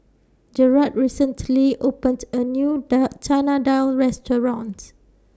Jerad recently opened A New Dal Chana Dal restaurants